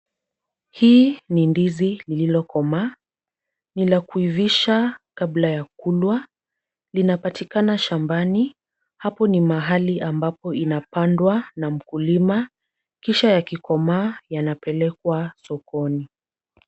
Hii ni ndizi lililokomaa, ni la kuivisha kabla ya kulwa, linapatikana shambani, hapo ni mahali ambapo inapandwa na mkulima kisha yakikomaa yanapelekwa sokoni.